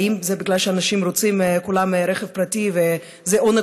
האם זה כי האנשים כולם רוצים רכב פרטי וזה עונג